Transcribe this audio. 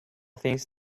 things